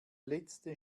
letzte